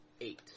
Eight